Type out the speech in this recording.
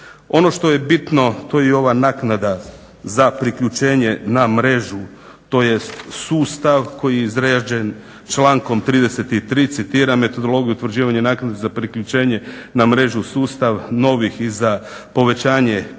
Ono što je bitno to je ova naknada za priključenje na mrežu tj. sustav koji je izrađen člankom 33.citiram "Metodologiju utvrđivanja naknade za priključenje na mrežu sustav novih i za povećanje priključne